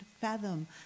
fathom